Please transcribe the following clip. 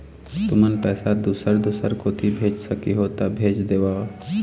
तुमन पैसा दूसर दूसर कोती भेज सखीहो ता भेज देवव?